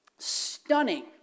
Stunning